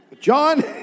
John